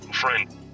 Friend